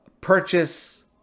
purchase